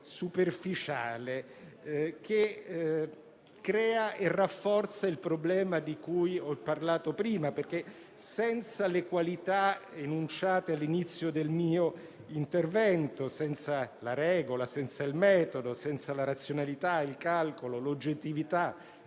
superficiale e crea e rafforza il problema di cui ho parlato prima, perché, senza le qualità enunciate all'inizio del mio intervento (senza la regola, il metodo, la razionalità, il calcolo, l'oggettività,